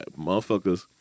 motherfuckers